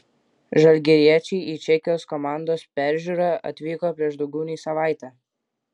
žalgiriečiai į čekijos komandos peržiūrą atvyko prieš daugiau nei savaitę